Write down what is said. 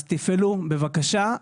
אז תפעלו בבקשה.